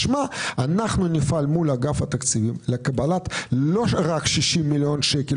משמע אנחנו נפעל מול אגף התקציבים לקבלת לא רק 60 מיליון שקל,